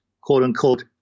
quote-unquote